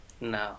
No